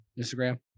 Instagram